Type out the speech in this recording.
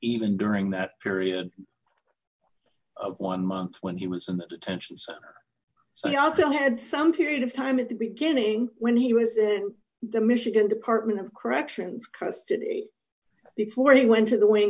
even during that period of one month when he was in the detentions so he also had some period of time at the beginning when he was in the michigan department of corrections custody before he went to the w